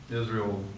Israel